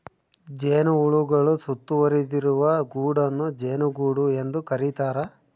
ಜೇನುಹುಳುಗಳು ಸುತ್ತುವರಿದಿರುವ ಗೂಡನ್ನು ಜೇನುಗೂಡು ಎಂದು ಕರೀತಾರ